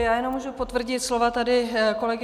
Já jenom můžu potvrdit slova tady kolegy